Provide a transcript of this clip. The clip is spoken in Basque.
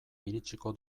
iritsiko